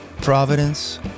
Providence